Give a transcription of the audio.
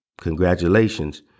Congratulations